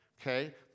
okay